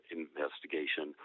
investigation